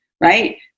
right